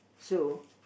so